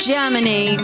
Germany